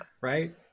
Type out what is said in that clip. right